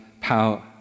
power